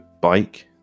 bike